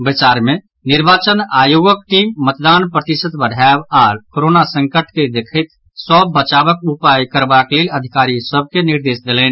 बैसार मे निर्वाचन आयोगक टीम मतदान प्रतिशत बढायब आओर कोरोना संकट के देखैत सभ बचावक उपाय करबाक लेल अधिकारी सभ के निर्देश देलनि